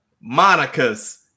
Monica's